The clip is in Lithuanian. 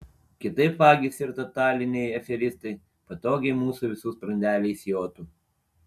kitaip vagys ir totaliniai aferistai patogiai mūsų visų sprandeliais jotų